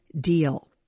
deal